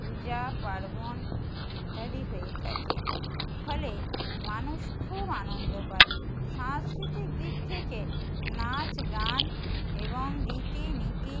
পূজা পার্বণ ইত্যাদি হয়ে থাকে ফলে মানুষ খুব আনন্দ পায় সাংস্কৃতিক দিক থেকে নাচ গান এবং রীতিনীতি